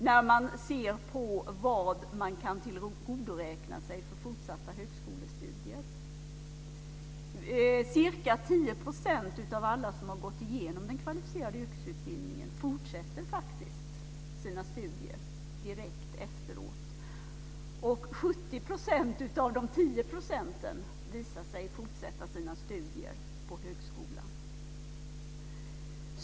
Där ser man på vad eleverna kan tillgodoräkna sig för fortsatta högskolestudier. Ca 10 % av alla som har gått igenom den kvalificerade yrkesutbildningen fortsätter faktiskt sina studier direkt efteråt, och 70 % av dessa 10 % visar sig fortsätta sina studier på högskolan.